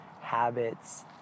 habits